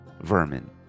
vermin